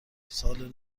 سال